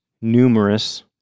numerous